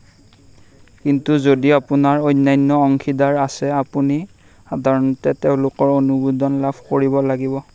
কিন্তু যদি আপোনাৰ অন্যান্য অংশীদাৰ আছে আপুনি সাধাৰণতে তেওঁলোকৰ অনুমোদন লাভ কৰিব লাগিব